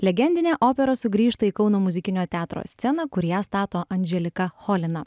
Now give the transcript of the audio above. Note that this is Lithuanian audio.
legendinė opera sugrįžta į kauno muzikinio teatro sceną kur ją stato andželika cholina